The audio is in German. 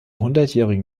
hundertjährigen